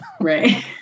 Right